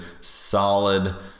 solid